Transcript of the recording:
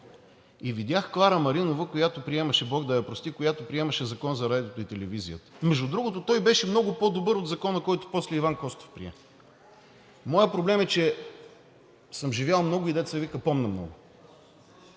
и видях Клара Маринова, бог да я прости, която приемаше Закона за радиото и телевизията. Между другото, той беше много по добър от Закона, който после Иван Костов прие. Моят проблем е, че съм живял много, и дето се вика, помня много.